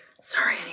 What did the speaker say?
Sorry